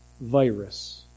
virus